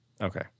okay